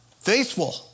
faithful